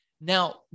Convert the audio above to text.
Now